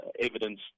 evidence